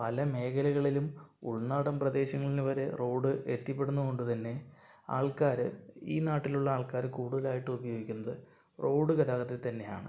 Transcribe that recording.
പല മേഖലകളിലും ഉൾനാടൻ പ്രദേശങ്ങളിൽ വരെ റോഡ് എത്തിപ്പെടുന്നത് കൊണ്ടുതന്നെ ആൾക്കാര് ഈ നാട്ടിലുള്ള ആൾക്കാർ കൂടുതലയിട്ട് ഉപയോഗിക്കുന്നത് റോഡ് ഗതാഗതം തന്നെയാണ്